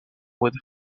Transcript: with